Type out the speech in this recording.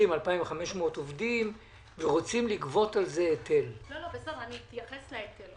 2,500 עובדים שרוצים לגבות עליהם היטל.